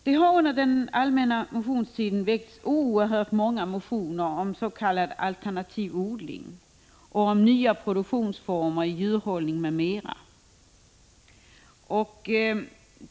Det har under den allmänna motionstiden väckts många motioner om s.k. alternativ odling, om nya produktionsformer, djurhållning, m.m.